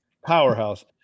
powerhouse